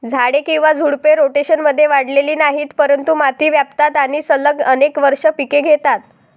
झाडे किंवा झुडपे, रोटेशनमध्ये वाढलेली नाहीत, परंतु माती व्यापतात आणि सलग अनेक वर्षे पिके घेतात